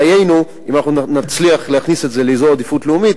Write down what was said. דיינו אם נצליח להכניס את זה לאזור עדיפות לאומית,